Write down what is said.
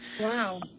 Wow